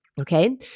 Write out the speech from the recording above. okay